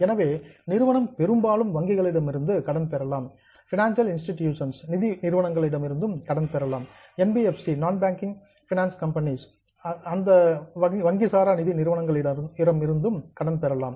எனவே நிறுவனம் பெரும்பாலும் வங்கிகளிடமிருந்து கடன் பெறலாம் பைனான்சியல் இன்ஸ்டிடியூஷன்ஸ் நிதி நிறுவனங்களிடமிருந்து கடன் பெறலாம் என் பி எஃப் சி எனப்படும் நான் பேங்கிங் பினஞ்சியல் கம்பனீஸ் வங்கி சாரா நிதி நிறுவனங்களிடமிருந்து கடன் பெறலாம்